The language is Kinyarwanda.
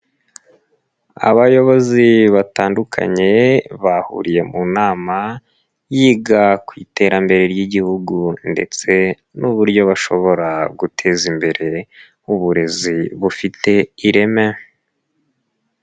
Abayobozi batandukanye bahuriye mu nama yiga ku iterambere ry'Igihugu ndetse n'uburyo bashobora guteza imbere uburezi bufite ireme.